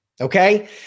okay